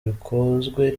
bikozwe